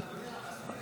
הסוגיה